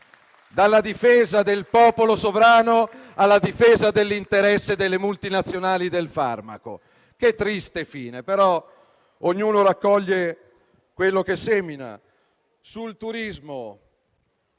Dalla difesa del popolo sovrano, alla difesa dell'interesse delle multinazionali del farmaco: che triste fine. Ma ognuno raccoglie quello che semina. Sul turismo...